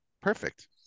perfect